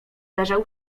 leżał